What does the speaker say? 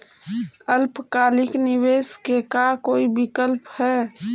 अल्पकालिक निवेश के का कोई विकल्प है?